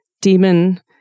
demon